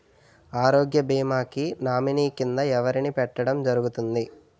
ఆరోగ్య భీమా కి నామినీ కిందా ఎవరిని పెట్టడం జరుగతుంది?